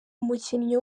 umukinnyi